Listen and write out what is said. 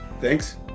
thanks